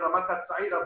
ברמת הצעיר הבודד,